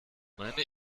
meine